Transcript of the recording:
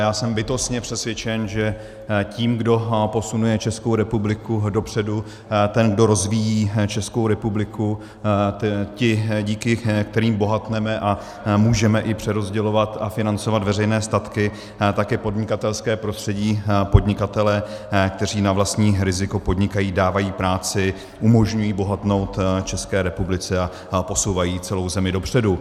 Já jsem bytostně přesvědčen, že ten, kdo posunuje Českou republiku dopředu, ten, kdo rozvíjí Českou republiku, ti, díky kterým bohatneme a můžeme i přerozdělovat a financovat veřejné statky, tak je podnikatelské prostředí, podnikatelé, kteří na vlastní riziko podnikají, dávají práci, umožňují bohatnout České republice a posouvají celou zemi dopředu.